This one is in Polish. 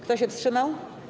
Kto się wstrzymał?